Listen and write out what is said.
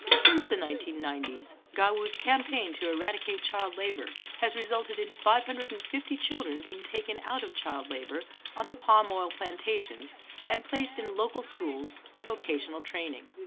since the nineteen ninety s, gawu's campaign to eradicate child labour has resulted in five hundred and fifty children being taken out of child labour on the palm oil plantations and placed in local schools and vocational training.